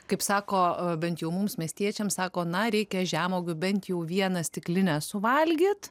kaip sako bent jau mums miestiečiams sako na reikia žemuogių bent jau vieną stiklinę suvalgyt